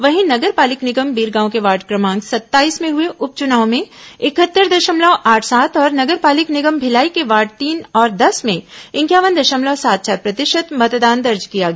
वहीं नगर पालिक निगम बिरगांव के वार्ड क्रमांड सत्ताईस में हुए उपचुनाव में इकहत्तर दशमलव आठ सात और नगर पालिक निगम भिलाई के वार्ड तीन और दस में इंक्यावन दशमलव सात चार प्रतिशत मतदान दर्ज किया गया